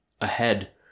ahead